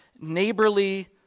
neighborly